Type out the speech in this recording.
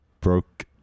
broke